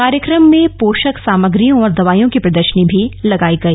कार्यक्रम में पोषक सामग्रियों और दवाइयों की प्रदर्शनी भी लगाई गई